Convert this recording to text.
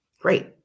Great